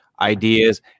ideas